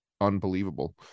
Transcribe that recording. unbelievable